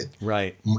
right